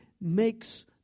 makes